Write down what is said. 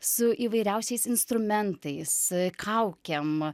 su įvairiausiais instrumentais kaukėm